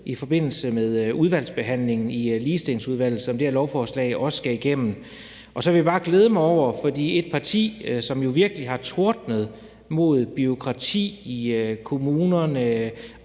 i forbindelse med udvalgsbehandlingen i Ligestillingsudvalget, som det her lovforslag også skal igennem. Så vil jeg bare glæde mig over noget i forhold til et parti, som jo virkelig har tordnet mod bureaukrati i kommunerne,